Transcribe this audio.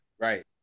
Right